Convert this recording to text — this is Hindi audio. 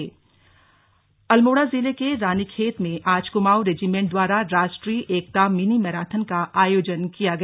मिनी मैराथन अल्मोड़ा जिले के रानीखेत में आज कुमाऊँ रेजीमेंट द्वारा राष्ट्रीय एकता मिनी मैराथन का आयोजन किया गया